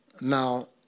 Now